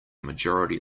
majority